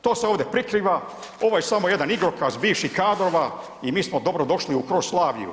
To se ovde prikriva, ovo je samo jedan igrokaz bivših kadrova i mi smo dobro došli u Kroslaviju.